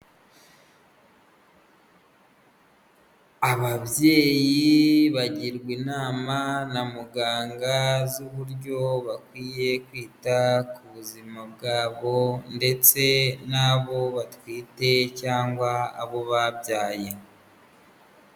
Ababyeyi bagirwa inama na muganga z'uburyo bakwiye kwita ku buzima bwabo, ndetse n'abo batwite cyangwa abo babyaye.